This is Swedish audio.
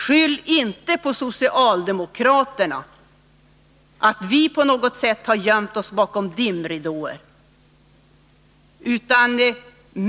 Skyll inte på socialdemokraterna, att vi på något sätt har gömt oss bakom dimridåer!